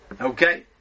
Okay